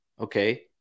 Okay